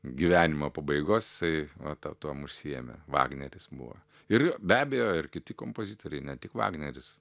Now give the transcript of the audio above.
gyvenimo pabaigos jisai va tą tuom užsiėmė vagneris buvo ir be abejo ir kiti kompozitoriai ne tik vagneris